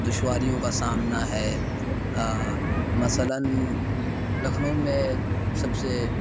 دشواریوں کا سامنا ہے مثلاً لکھنؤ میں سب سے